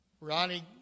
Ronnie